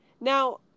Now